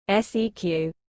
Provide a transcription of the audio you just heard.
SEQ